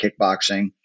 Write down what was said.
kickboxing